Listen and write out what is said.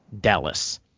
Dallas